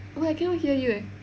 oh I cannot hear here